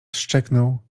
szczeknął